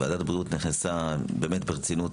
ועדת הבריאות נכנסה באמת ברצינות.